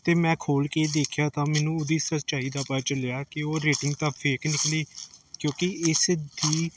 ਅਤੇ ਮੈਂ ਖੋਲ੍ਹ ਕੇ ਦੇਖਿਆ ਤਾਂ ਮੈਨੂੰ ਉਹਦੀ ਸੱਚਾਈ ਦਾ ਪਤਾ ਚੱਲਿਆ ਕਿ ਉਹ ਰੇਟਿੰਗ ਤਾਂ ਫੇਕ ਨਿਕਲੀ ਕਿਉਂਕਿ ਇਸ ਦੀ